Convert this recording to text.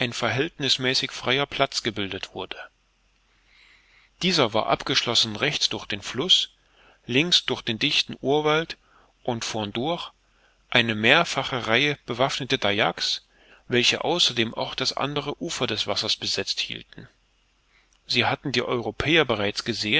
verhältnißmäßig freier platz gebildet wurde dieser war abgeschlossen rechts durch den fluß links durch den dichten urwald und vorn durch eine mehrfache reihe bewaffneter dayaks welche außerdem auch das andere ufer des wassers besetzt hielten sie hatten die europäer bereits